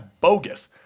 Bogus